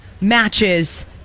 matches